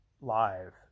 live